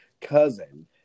cousin